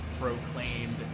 proclaimed